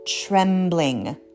trembling